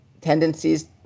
tendencies